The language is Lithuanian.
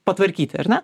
patvarkyti ar ne